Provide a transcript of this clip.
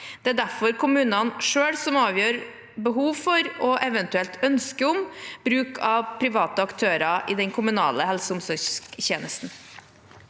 Det er derfor kommunene selv som avgjør behov for – og eventuelt ønske om – bruk av private aktører i den kommunale helse- og omsorgstjenesten.